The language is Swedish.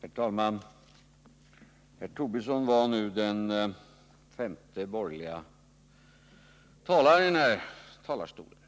Herr talman! Herr Tobisson var nu den femte borgerliga talaren i den här talarstolen,